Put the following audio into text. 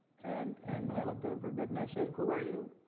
and and then i looked at him for a bit and i said, who are you?